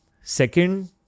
Second